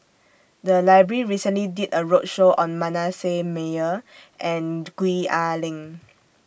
The Library recently did A roadshow on Manasseh Meyer and Gwee Ah Leng